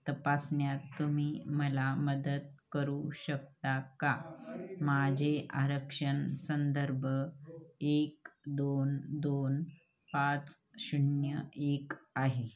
तपासण्यात तुम्ही मला मदत करू शकता का माझे आरक्षण संदर्भ एक दोन दोन पाच शून्य एक आहे